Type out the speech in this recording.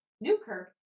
Newkirk